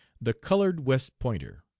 the colored westpointer.